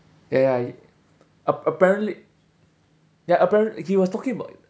ya ya ap~ apparently ya apparently he was talking about